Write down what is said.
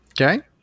Okay